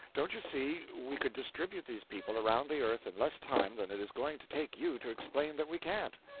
don't you see, we could distribute these people around the earth in less time than it is going to take you to explain that we can't.